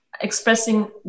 expressing